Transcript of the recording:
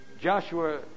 Joshua